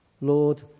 Lord